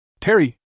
Terry